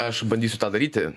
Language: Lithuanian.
aš bandysiu tą daryti